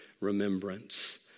remembrance